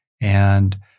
And-